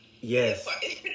Yes